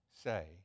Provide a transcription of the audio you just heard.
say